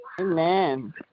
Amen